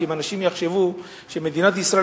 כי אם אנשים יחשבו שמדינת ישראל,